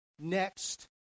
next